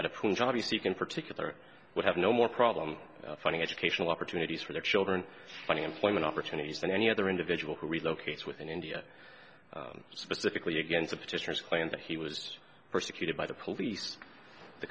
in particular would have no more problem finding educational opportunities for their children finding employment opportunities than any other individual who relocates within india specifically against a petitioners claimed that he was persecuted by the police the